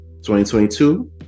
2022